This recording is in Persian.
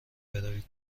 بروی